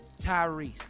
Tyrese